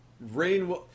Rain